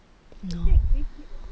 no